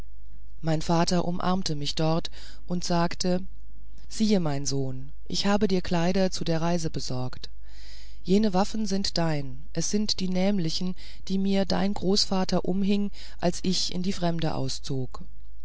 mein vater umarmte mich dort und sagte siehe mein sohn ich habe dir kleider zu der reise besorgt jene waffen sind dein es sind die nämlichen die mir dein großvater umhing als ich in die fremde auszog